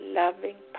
loving